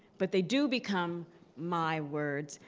but they do become my words.